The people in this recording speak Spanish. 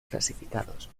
clasificados